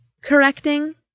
correcting